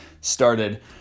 started